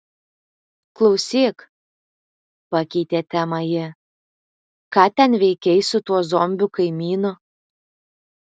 klausyk pakeitė temą ji ką ten veikei su tuo zombiu kaimynu